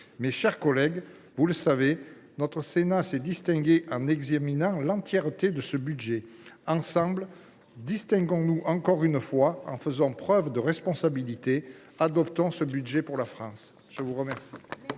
Mes chers collègues, notre Sénat s’est distingué en examinant l’entièreté de ce budget. Ensemble, distinguons nous encore une fois en faisant preuve de responsabilité. Adoptons ce budget pour la France ! La parole